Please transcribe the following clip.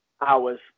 hours